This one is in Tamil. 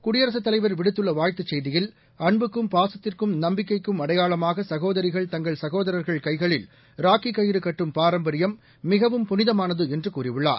குடியரசுத் தலைவர் விடுத்துள்ள வாழ்த்துச் செய்தியில் அன்புக்கும் பாசத்திற்கும் நம்பிக்கைக்கும் அடையாளமாக சகோதரிகள் தங்கள் சகோதர்கள் கைகளில் ராக்கி கயிறு கட்டும் பாரம்பரியம் மிகவும் புனிதமானது என்று கூறியுள்ளார்